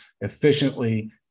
efficiently